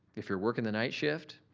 if you're working the night shift,